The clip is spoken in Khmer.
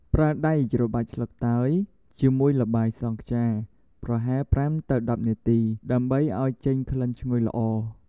ប្រើដៃច្របាច់ស្លឹកតើយជាមួយល្បាយសង់ខ្យាប្រហែល ៥ ទៅ ១០ នាទី ដើម្បីឲ្យចេញក្លិនឈ្ងុយល្អ។